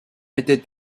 était